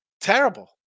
terrible